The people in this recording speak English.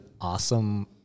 awesome